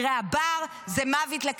זה מוות לחזירי הבר,